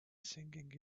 singing